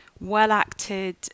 well-acted